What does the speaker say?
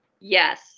Yes